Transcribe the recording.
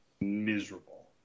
miserable